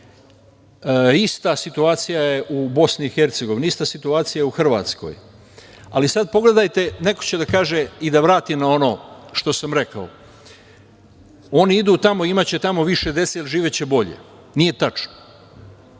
Ista situacija je u BiH, ista situacija je u Hrvatskoj. Ali, sada pogledajte, neko će da kaže i da vrati na ono što sam rekao, oni idu tamo, imaće tamo više dece ili živeće bolje. Nije tačno.